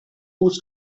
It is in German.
fuß